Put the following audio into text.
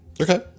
Okay